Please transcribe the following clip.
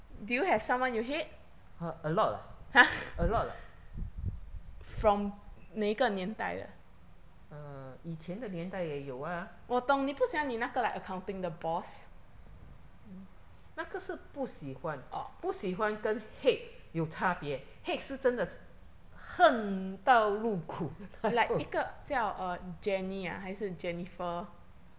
a a lot ah a lot ah err 以前的年代也有啊 you a hmm 那个是不喜欢不喜欢跟 hate 有差别 hate 是真的恨到入骨那种